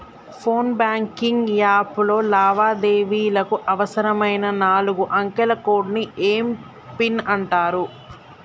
phone banking app లో లావాదేవీలకు అవసరమైన నాలుగు అంకెల కోడ్ని ఏం పిన్ అంటారు